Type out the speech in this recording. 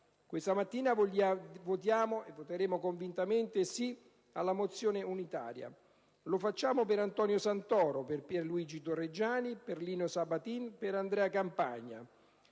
Questa mattina voteremo a favore, in maniera convinta, della mozione unitaria. Lo facciamo per Antonio Santoro, per Pierluigi Torregiani, per Lino Sabbadin e per Andrea Campagna,